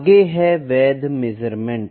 आगे है वैध मेज़रमेंट